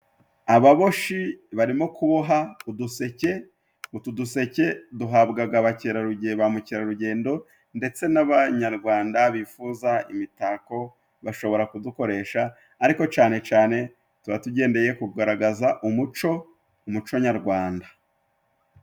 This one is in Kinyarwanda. Ababoshi barimo kuboha uduseke utu duseke duhabwaga abakerarugendo ba mukerarugendo ndetse n'abanyarwanda bifuza imitako, bashobora kudukoresha ariko cane cane tuba tugendeye kugaragaza umuco umuco nyarwanda.